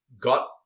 Got